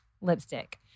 lipstick